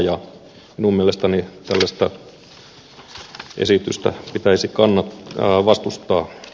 minun mielestäni tällaista esitystä pitäisi vastustaa